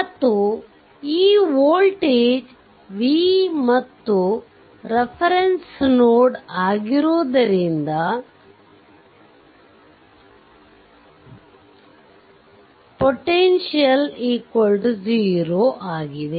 ಮತ್ತು ಈ voltage v ಮತ್ತು ರೆಫರೆನ್ಸ್ ನೋಡ್ ಆಗಿರುವುದರಿಂದ ಪೊಟೆಂಶಿಯಲ್ 0 ಆಗಿದೆ